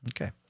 Okay